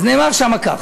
אז נאמר שם כך: